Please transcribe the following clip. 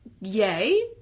yay